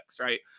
Right